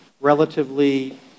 relatively